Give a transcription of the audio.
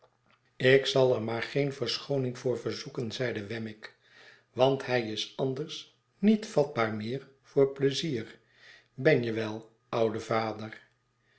ik zal er maar geen verschooning voor verzoeken zeide wemmick want hij is anders niet vatbaar meer voor pleizier ben je wel oude vader